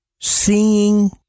seeing